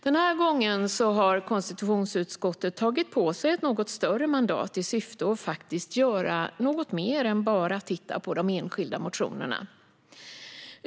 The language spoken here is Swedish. Denna gång har konstitutionsutskottet tagit på sig ett något större mandat i syfte att faktiskt göra något mer än bara titta på de enskilda motionerna.